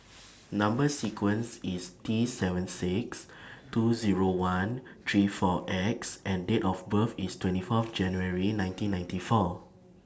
Number sequence IS T seven six two Zero one three four X and Date of birth IS twenty Fourth January nineteen ninety four